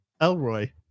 Elroy